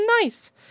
nice